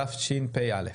התשפ"א-2021.